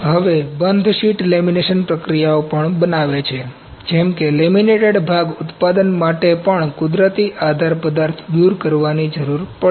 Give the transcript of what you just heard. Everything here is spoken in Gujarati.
હવે બંધ પછી શીટ લેમિનેશન પ્રક્રિયાઓ પણ બનાવે છે જેમ કે લેમિનેટેડ ભાગ ઉત્પાદન માટે પણ કુદરતી આધાર પદાર્થ દૂર કરનારની જરૂર પડે છે